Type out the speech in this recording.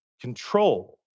control